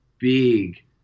big